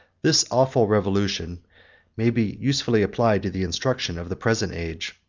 this awful revolution may be usefully applied to the instruction of the present age.